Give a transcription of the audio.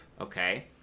okay